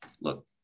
Look